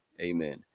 Amen